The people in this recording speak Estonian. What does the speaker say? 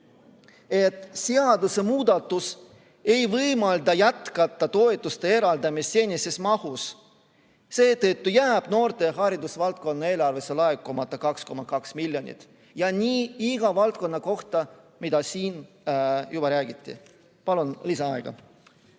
et seadusemuudatus ei võimalda jätkata toetuste eraldamist senises mahus. Seetõttu jääb noorte haridusvaldkonna eelarvesse laekumata 2,2 miljonit. Ja nii iga valdkonna kohta, nagu siin juba räägiti. Palun lisaaega.